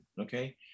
Okay